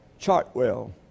Chartwell